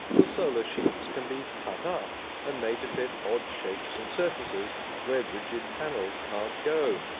the solar sheets can be cut up and made to fit odd shapes and surfaces where rigid panels can't go.